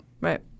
Right